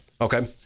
Okay